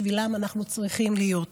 בשבילם אנחנו צריכים להיות.